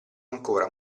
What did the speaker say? ancora